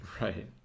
right